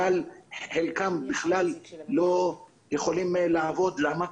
אבל חלקם בכלל לא יכולים לעבוד, למה?